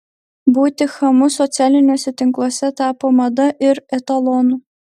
būti chamu socialiniuose tinkluose tapo mada ir etalonu